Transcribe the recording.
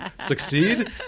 succeed